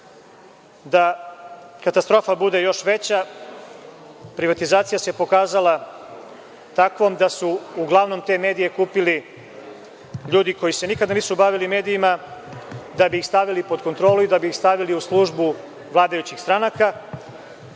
katastrofa bude još veća, privatizacija se pokazala takvom da su uglavnom te medije kupili ljudi koji se nikada nisu bavili medijima, da bi ih stavili pod kontrolu i da bi ih stavili u službu vladajućih stranaka,